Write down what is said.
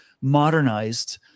modernized